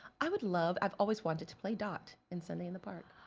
i would love, i've always wanted to play dot in sunday in the park.